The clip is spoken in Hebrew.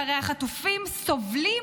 שהרי החטופים סובלים,